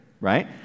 right